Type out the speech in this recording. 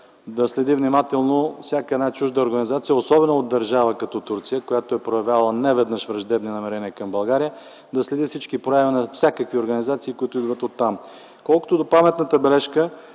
да следи внимателно всяка една чужда организация, особено от държава като Турция, която е проявявала неведнъж враждебни намерения към България, да следи всички прояви на всякакви организации, които идват оттам. Колкото до паметната бележка,